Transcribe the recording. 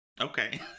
okay